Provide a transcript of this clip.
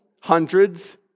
hundreds